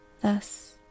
thus